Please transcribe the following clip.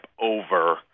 over